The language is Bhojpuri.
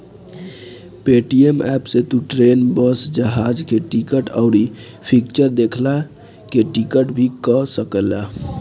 पेटीएम एप्प से तू ट्रेन, बस, जहाज के टिकट, अउरी फिक्चर देखला के टिकट भी कअ सकेला